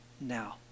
now